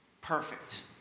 perfect